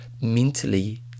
mentally